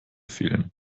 fehlen